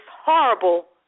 horrible